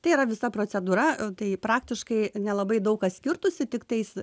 tai yra visa procedūra tai praktiškai nelabai daug kas skirtųsi tiktais